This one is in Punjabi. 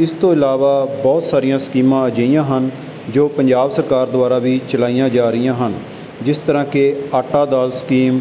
ਇਸ ਤੋਂ ਇਲਾਵਾ ਬਹੁਤ ਸਾਰੀਆਂ ਸਕੀਮਾਂ ਅਜਿਹੀਆਂ ਹਨ ਜੋ ਪੰਜਾਬ ਸਰਕਾਰ ਦੁਆਰਾ ਵੀ ਚਲਾਈਆਂ ਜਾ ਰਹੀਆਂ ਹਨ ਜਿਸ ਤਰ੍ਹਾਂ ਕਿ ਆਟਾ ਦਾਲ ਸਕੀਮ